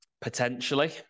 Potentially